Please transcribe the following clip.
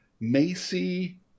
Macy